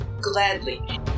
Gladly